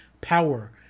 power